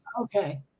Okay